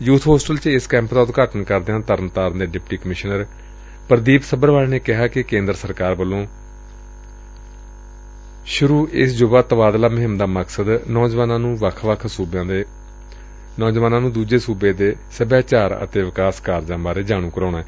youth hostel ਚ ਇਸ camp ਦਾ ਉਦਘਾਟਨ ਕਰਦਿਆਂ ਤਰਨਤਾਰਨ ਦੇ ਡਿਪਟੀ ਕਮਿਸ਼ਨਰ ਪ੍ਰਦੀਪ ਸੱਭਰਵਾਲ ਨੇ ਕਿਹਾ ਕਿ ਕੇਂਦਰ ਸਰਕਾਰ ਵੱਲੋਂ ਸੂਰੁ ਇਸ ਯੁਵਾ ਤਬਾਦਲਾ ਮੁਹਿੰਮ ਦਾ ਮਕਸਦ ਨੌਜਵਾਨਾਂ ਨੂੰ ਵੱਖ ਵੱਖ ਸੂਬਿਆਂ ਦੇ ਨੌਜਵਾਨਾਂ ਨੂੰ ਦੂਜੇ ਸੂਬਿਆਂ ਦੇ ਸਭਿਆਚਾਰ ਅਤੇ ਵਿਕਾਸ ਕਾਰਜਾਂ ਬਾਰੇ ਜਾਣੂ ਕਰਵਾਉਣਾ ਏ